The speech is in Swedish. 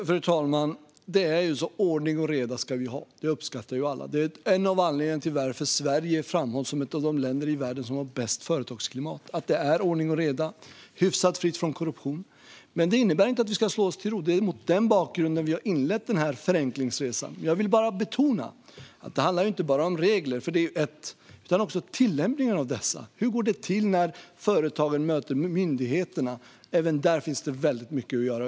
Fru talman! Det är ju så: Ordning och reda ska vi ha. Det uppskattar alla. Det är en av anledningarna till att Sverige framhålls som ett av de länder i världen som har bäst företagsklimat. Det är ordning och reda och hyfsat fritt från korruption. Det innebär dock inte att vi ska slå oss till ro. Det är mot den bakgrunden vi har inlett den här förenklingsresan. Jag vill betona att det inte bara handlar om regler utan också om tillämpningen av dessa. Hur går det till när företagen möter myndigheterna? Även där finns det väldigt mycket att göra.